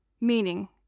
meaning